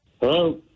Hello